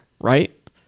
Right